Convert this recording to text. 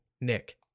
Nick